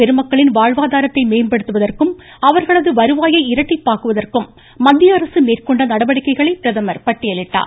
பெருமக்களின் வாழ்வாதாரத்தை மேம்படுத்துவதற்கும் அவர்களது வேளாண் வருவாயை இரட்டிப்பாக்குவதற்கும் மத்திய அரசு மேற்கொண்ட நடவடிக்கைகளை பிரதமர் பட்டியலிட்டார்